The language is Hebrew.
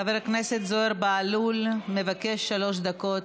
חבר הכנסת זוהיר בהלול מבקש שלוש דקות.